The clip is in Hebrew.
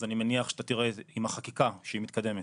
אז אני מניח שתראה, עם החקיקה שהיא מתקדמת,